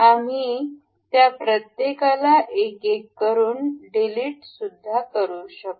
आम्ही त्या प्रत्येकाला एक एक करून डिलीट सुद्धा शकतो